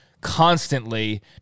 constantly